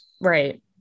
Right